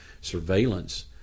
surveillance